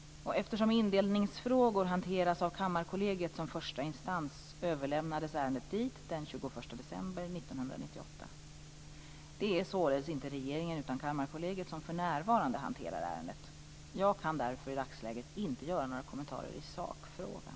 Eftersom indelningsfrågor hanteras av Kammarkollegiet som första instans överlämnades ärendet dit den 21 december 1998. Det är således inte regeringen utan Kammarkollegiet som för närvarande hanterar ärendet. Jag kan därför i dagsläget inte göra några kommentarer i sakfrågan.